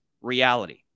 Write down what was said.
reality